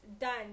done